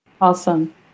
Awesome